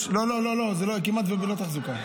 לא, לא, זה כמעט ללא תחזוקה.